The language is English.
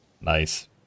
Nice